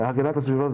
הגנת הסביבה.